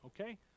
okay